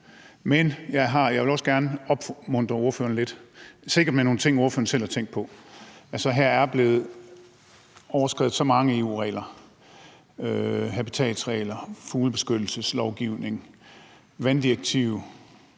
men jeg vil også gerne opmuntre ordføreren lidt med nogle ting, som ordføreren sikkert selv har tænkt på. Altså, her er blevet overskredet så mange EU-regler – habitatregler, fuglebeskyttelseslovgivning, vanddirektiver